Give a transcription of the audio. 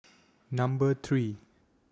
Number three